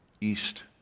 East